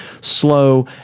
slow